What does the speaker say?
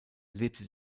lebte